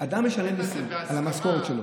אדם משלם מהמשכורת שלו